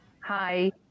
Hi